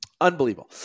Unbelievable